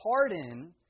pardon